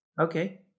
Okay